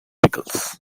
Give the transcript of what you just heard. pickles